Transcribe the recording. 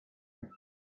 evil